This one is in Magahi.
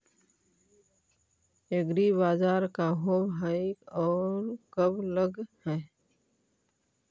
एग्रीबाजार का होब हइ और कब लग है?